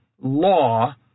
law